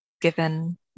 given